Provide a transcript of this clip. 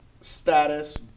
status